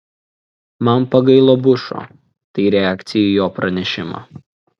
man pagailo bušo tai reakcija į jo pranešimą